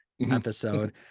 episode